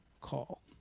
call